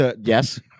Yes